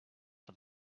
for